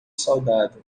soldado